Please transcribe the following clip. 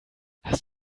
hast